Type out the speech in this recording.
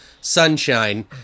sunshine